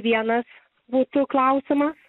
vienas būtų klausimas